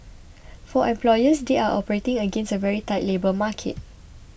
for employers they are operating against a very tight labour market